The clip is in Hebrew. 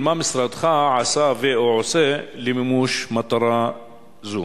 מה המשרד עושה ו/או עשה למימוש מטרה זו?